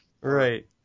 Right